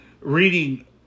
reading